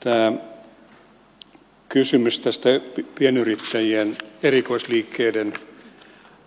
tämä kysymys tästä pienyrittäjien erikoisliikkeiden